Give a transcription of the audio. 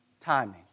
timing